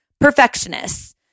perfectionists